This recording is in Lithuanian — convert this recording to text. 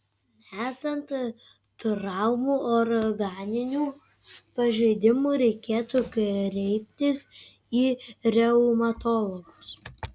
nesant traumų organinių pažeidimų reikėtų kreiptis į reumatologus